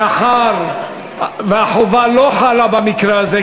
מאחר שהחובה לא חלה במקרה הזה,